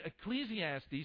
Ecclesiastes